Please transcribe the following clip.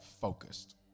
focused